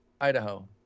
Idaho